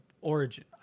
Origin